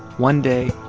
one day,